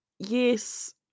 Yes